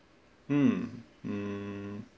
hmm mm